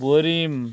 Borim